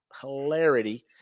hilarity